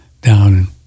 down